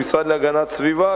במשרד להגנת סביבה,